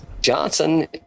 Johnson